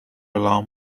alarm